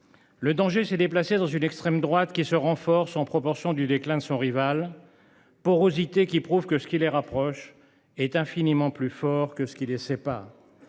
Le danger s’est déplacé vers une extrême droite qui se renforce en proportion du déclin de son rival – porosité qui prouve que ce qui les rapproche est infiniment plus fort que ce qui les sépare.